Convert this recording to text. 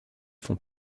font